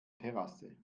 terrasse